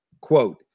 quote